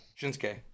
Shinsuke